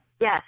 Yes